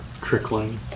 trickling